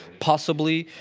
possibly.